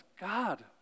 God